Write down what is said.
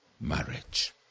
marriage